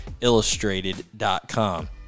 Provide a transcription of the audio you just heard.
illustrated.com